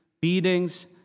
beatings